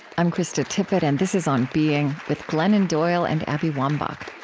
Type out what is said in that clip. i'm krista tippett, and this is on being, with glennon doyle and abby wambach